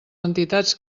entitats